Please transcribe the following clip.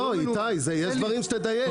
לא, איתי, יש דברים שאתה צריך לדייק.